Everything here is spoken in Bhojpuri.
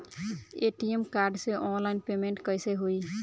ए.टी.एम कार्ड से ऑनलाइन पेमेंट कैसे होई?